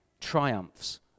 triumphs